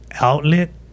outlet